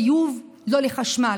לא לביוב, לא לחשמל.